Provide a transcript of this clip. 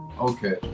Okay